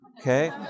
okay